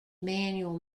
manual